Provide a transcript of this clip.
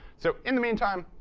so in the meantime,